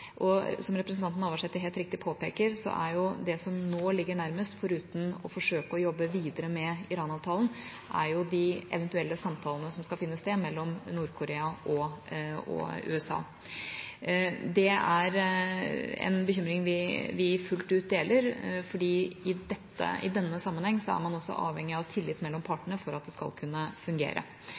Som representanten Navarsete helt riktig påpeker, er det som nå ligger nærmest, foruten å forsøke å jobbe videre med Iran-avtalen, de eventuelle samtalene som skal finne sted mellom Nord-Korea og USA. Det er en bekymring vi fullt ut deler, fordi i denne sammenheng er man også avhengig av tillit mellom partene for at det skal kunne fungere.